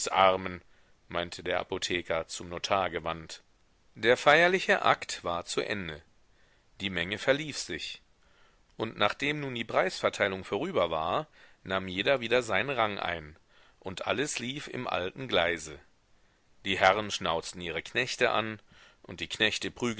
meinte der apotheker zum notar gewandt der feierliche akt war zu ende die menge verlief sich und nachdem nun die preisverteilung vorüber war nahm jeder wieder seinen rang ein und alles lief im alten gleise die herren schnauzten ihre knechte an und die knechte